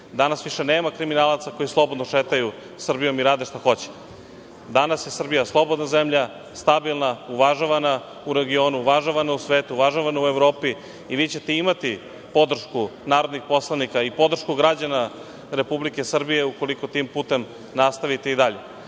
Danas više nema kriminalaca koji slobodno šetaju Srbijom i rade šta hoće. Danas je Srbija slobodna zemlja, stabilna, uvažavana u regionu, u svetu, u Evropi i vi ćete imati podršku narodnih poslanika i građana Republike Srbije ukoliko tim putem nastavite i dalje. Molim